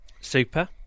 Super